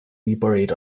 reburied